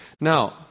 Now